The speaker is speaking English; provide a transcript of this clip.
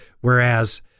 Whereas